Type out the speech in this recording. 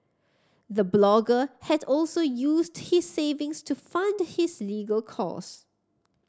the blogger had also used his savings to fund his legal cost